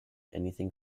anything